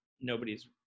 nobody's